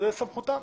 זאת סמכותם.